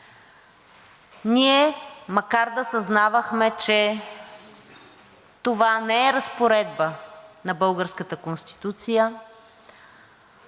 Ние, макар да съзнавахме, че това не е разпоредба на българската Конституция,